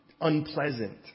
unpleasant